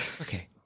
okay